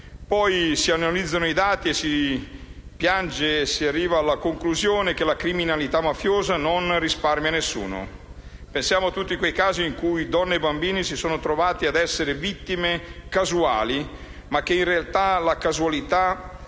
poi si analizzano i dati, si piange e si arriva alla conclusione che la criminalità mafiosa non risparmia nessuno. Pensiamo a tutti quei casi in cui donne e bambini si sono trovati a essere vittime casuali, ma in cui in realtà la casualità